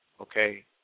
Okay